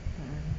mm mm